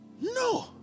No